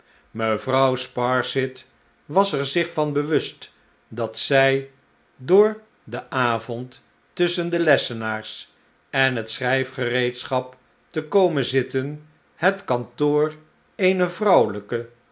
mevrouw sparsit was er zich van bewust dat zij door in den avond tusschen de lessenaars en het schrijfgereedschap te komen zitten het kantoor eene vrouwelijke